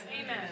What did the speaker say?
Amen